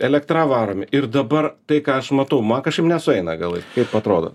elektra varomi ir dabar tai ką aš matau man kažkaip nesueina galai kaip atrodo